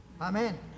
Amen